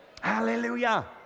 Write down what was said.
Hallelujah